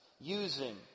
Using